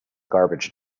garbage